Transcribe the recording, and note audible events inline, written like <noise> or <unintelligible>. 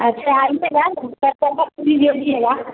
अच्छा <unintelligible>